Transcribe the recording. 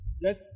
Yes